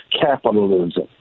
capitalism